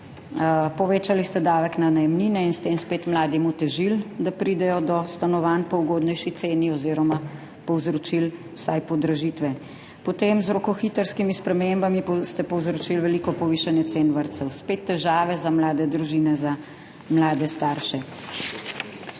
povečali ste davek na najemnine in s tem spet mladim otežili, da pridejo do stanovanj po ugodnejši ceni oziroma povzročili vsaj podražitve. Potem ste z rokohitrskimi spremembami povzročili veliko povišanje cen vrtcev, spet težave za mlade družine, za mlade starše.